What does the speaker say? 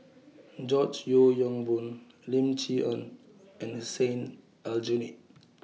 George Yeo Yong Boon Lim Chee Onn and Aljunied